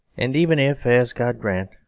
and even if, as god grant,